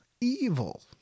evil